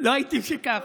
לא הייתי בשיקגו.